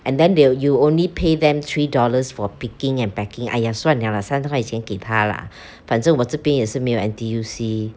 and then they'll you only pay them three dollars for picking and packing !aiya! 算 liao lah 三十块钱给他 lah 反正我这边也是没有 N_T_U_C